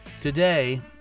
today